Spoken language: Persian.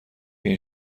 این